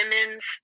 women's